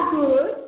good